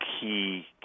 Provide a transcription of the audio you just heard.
key